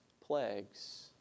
plagues